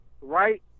right